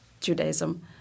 Judaism